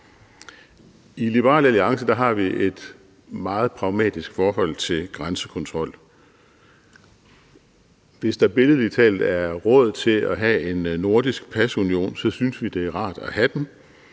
I Liberal Alliance har vi et meget pragmatisk forhold til grænsekontrol. Hvis der billedlig talt er råd til at have en nordisk pasunion, synes vi, det er rart at have den,